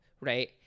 Right